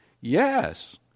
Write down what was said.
Yes